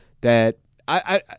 that—I